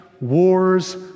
wars